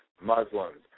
Muslims